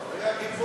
הוא היה גיבור.